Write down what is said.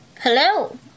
Hello